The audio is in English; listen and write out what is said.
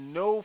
no